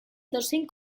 edozein